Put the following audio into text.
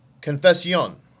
Confession